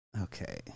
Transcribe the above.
Okay